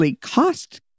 cost